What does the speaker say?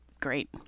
great